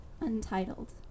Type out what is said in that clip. Untitled